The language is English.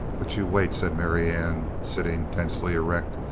but you wait! said marianne, sitting tensely erect.